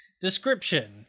Description